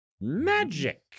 Magic